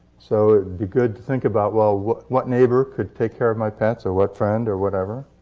so be good to think about, well, what neighbor could take care of my pets, or what friend, or whatever.